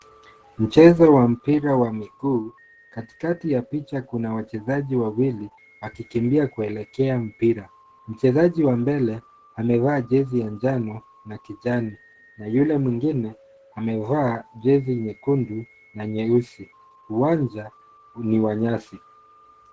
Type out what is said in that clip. Mchezo wa mpira wa miguu Katikati ya picha kuna wachezaji wawili akikimbia keelekea mpira, mchezaji wa mbele amevaa jezi ya njano na kijani na yule mwingine amavaa jezi nyekundu na nyeusi, uwanja niwa nyasi.